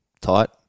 tight